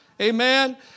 amen